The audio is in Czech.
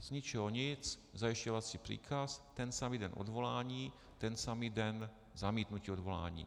Z ničeho nic zajišťovací příkaz, ten samý den odvolání, ten samý den zamítnutí odvolání.